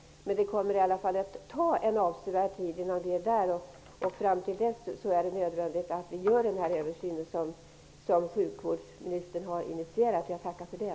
Men det kommer att ta en avsevärd tid innan vi är där. Fram tills dess är det nödvändigt att göra denna översyn som sjukvårdsministern har initierat. Jag tackar för det.